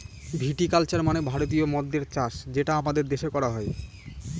ভিটি culture মানে ভারতীয় মদ্যের চাষ যেটা আমাদের দেশে করা হয়